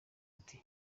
ati